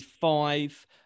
five